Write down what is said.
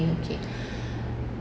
okay